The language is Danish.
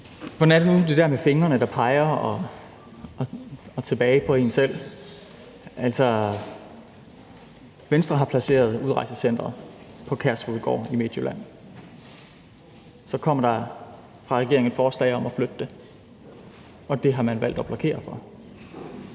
Hvordan er det nu med det der med fingeren, der peger tilbage på en selv? Venstre har placeret udrejsecenteret på Kærshovedgård i Midtjylland. Så kommer der et forslag fra regeringen om at flytte det. Det har man valgt at blokere for.